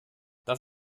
das